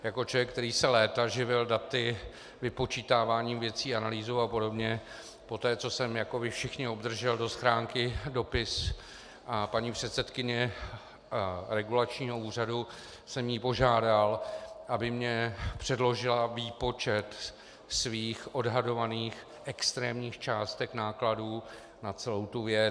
Jako člověk, který se léta živil daty, vypočítáváním věcí, analýzou apod., poté, co jsem jako vy všichni obdržel do schránky dopis paní předsedkyně regulačního úřadu, jsem ji požádal, aby mi předložila výpočet svých odhadovaných extrémních částek nákladů na celou tu věc.